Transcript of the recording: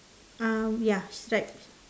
uh ya stripes